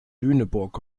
lüneburg